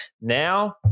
Now